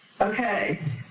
Okay